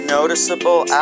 Noticeable